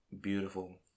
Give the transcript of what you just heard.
beautiful